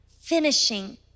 finishing